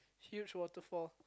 huge waterfall